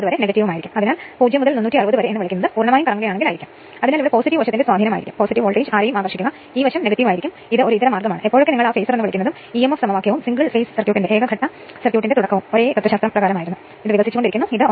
ഇവിടെ single phase step down ട്രാൻസ്ഫോർമറിന് അതിന്റെ അനുപാതം 3 ആണ് അതായത് k 3 പ്രാഥമിക വിൻഡിംഗിന്റെ പ്രതിരോധവും പ്രതിപ്രവർത്തനവും 1